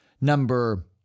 number